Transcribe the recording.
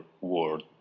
world